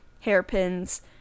hairpins